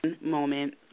moment